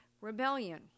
rebellion